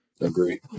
Agree